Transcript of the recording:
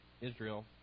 Israel